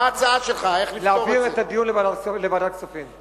מה ההצעה שלך, איך לפתור את זה?